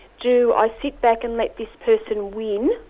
do i sit back and let this person win,